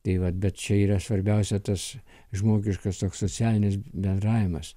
tai vat bet čia yra svarbiausia tas žmogiškas toks socialinis bendravimas